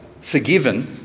Forgiven